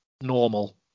normal